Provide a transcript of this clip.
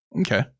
okay